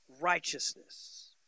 righteousness